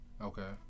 Okay